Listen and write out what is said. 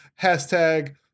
hashtag